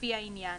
לפי העניין,